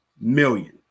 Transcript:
million